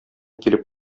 килеп